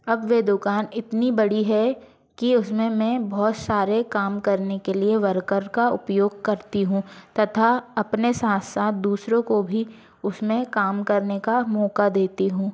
अब वह दुकान इतनी बड़ी है कि उसमें मैं बहुत सारे काम करने के लिए वर्कर का उपयोग करती हूँ तथा अपने साथ साथ दूसरों को भी उसमें काम करने का मौका देती हूँ